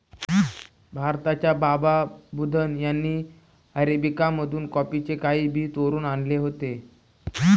भारताच्या बाबा बुदन यांनी अरेबिका मधून कॉफीचे काही बी चोरून आणले होते